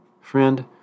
Friend